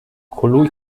colui